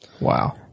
Wow